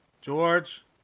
George